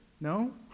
No